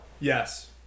Yes